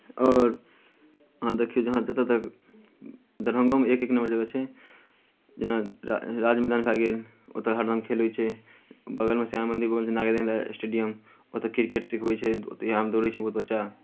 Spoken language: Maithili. आओर अहाँ देखियौ जहाँ जतय तक दरभंगोमे एक एक नंबर जगह छै जेना राज मैदान भए गेल ओतय हरदम खेल होइ छै बगलमे श्यामा मन्दिर छै बगलमे नागेन्द्र झा स्टेडियम ओतय क्रिकेट सिखबै छै ओतहि हम दौड़ैत छी बहुत बच्चा